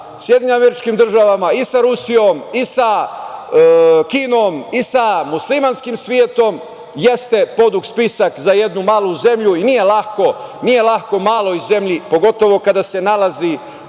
i odnose sa SAD i sa Rusijom i sa Kinom i sa muslimanskim svetom jeste podugačak spisak za jednu malu zemlju i nije lako maloj zemlji, pogotovo kada se nalazi